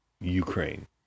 Ukraine